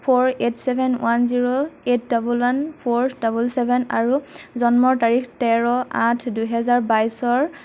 four eight seven one zero eight double one four double seven আৰু জন্মৰ তাৰিখ তেৰ আঠ দুহেজাৰ বাইছৰ